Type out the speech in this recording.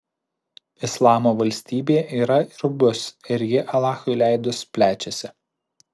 islamo valstybė yra ir bus ir ji alachui leidus plečiasi